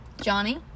Johnny